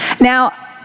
Now